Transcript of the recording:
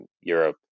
europe